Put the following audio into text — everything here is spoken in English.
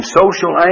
social